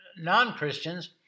non-Christians